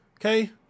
okay